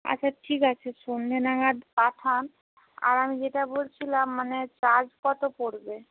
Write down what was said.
আচ্ছা ঠিক আছে সন্ধ্যে নাগাদ পাঠান আর আমি যেটা বলছিলাম মানে চার্জ কত পড়বে